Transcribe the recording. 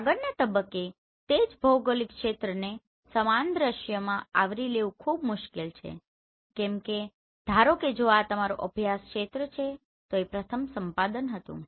આગળના તબક્કે તે જ ભૌગોલિક ક્ષેત્રને સમાન દૃશ્યમાં આવરી લેવુ ખૂબ મુશ્કેલ છે કેમ કે ધારો કે જો આ તમારો અભ્યાસ ક્ષેત્ર છે તો એ પ્રથમ સંપાદન હતું